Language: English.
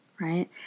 right